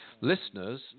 listeners